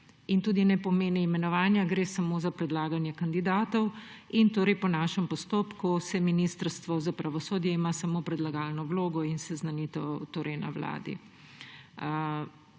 in tudi ne pomeni imenovanja, gre samo za predlaganje kandidatov. Torej po našem postopku ima Ministrstvo za pravosodje samo predlagalno vlogo in seznanitev na Vladi.